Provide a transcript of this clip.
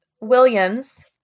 Williams